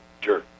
Sure